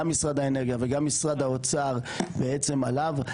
משרד האנרגיה וגם משרד האוצר בעצם עליו.